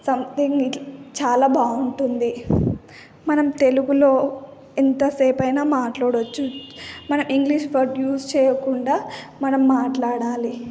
something చాలా బాగుంటుంది మనం తెలుగులో ఎంతసేపైనా మాట్లాడవచ్చు మనం ఇంగ్లీష్ వర్డ్ యూస్ చేయకుండా మనం మాట్లాడాలి